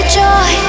joy